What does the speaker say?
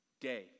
day